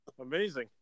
Amazing